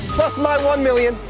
plus my one million.